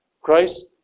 Christ